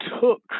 took